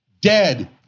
dead